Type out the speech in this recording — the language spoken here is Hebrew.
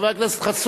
חבר הכנסת חסון,